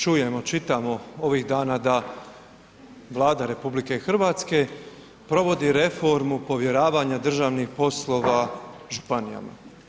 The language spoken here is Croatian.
Čujemo, čitamo ovih dana da Vlada RH provodi reformu povjeravanja državnih poslova županijama.